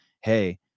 hey